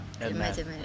imagine